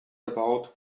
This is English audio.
about